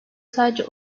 sadece